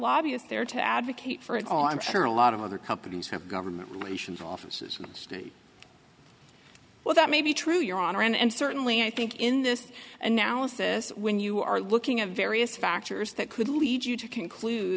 lobbyist there to advocate for it all i'm sure a lot of other companies have government offices in the state well that may be true your honor and certainly i think in this analysis when you are looking at various factors that could lead you to conclude